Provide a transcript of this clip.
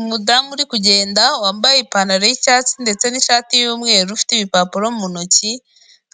Umudamu uri kugenda wambaye ipantaro y'icyatsi ndetse n'ishati y'umweru ufite ibipapuro mu ntoki,